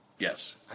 Yes